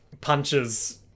punches